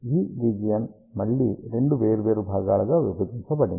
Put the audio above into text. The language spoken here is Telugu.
ఈ రీజియన్ మళ్ళీ రెండు వేర్వేరు భాగాలుగా విభజించబడింది